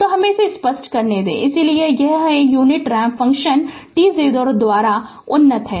तो हमें इसे स्पष्ट करने दें इसलिए यह है यूनिट रैंप फ़ंक्शन t0 द्वारा उन्नत है